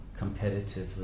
competitively